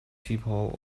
people